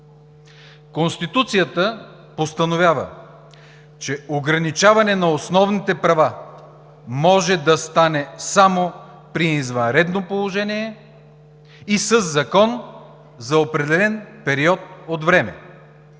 Конституцията постановява, че ограничаване на основните права може да стане само при извънредно положение и със закон за определен период от време.